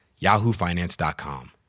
yahoofinance.com